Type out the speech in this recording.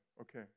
Okay